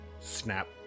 snap